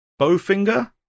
Bowfinger